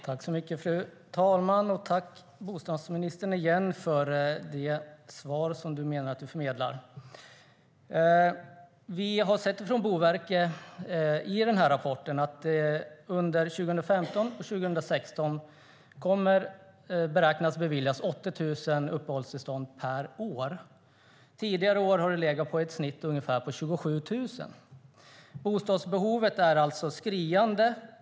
Fru talman! Jag tackar bostadsministern igen för det svar som han menar att han förmedlar. Vi har sett i Boverkets rapport att man beräknar att 80 000 uppehållstillstånd per år kommer att beviljas under 2015 och 2016. Tidigare år har det legat på ett snitt på ungefär 27 000. Bostadsbehovet är alltså skriande.